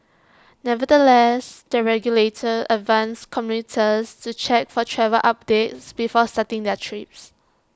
nevertheless the regulator advised commuters to check for travel updates before starting their trips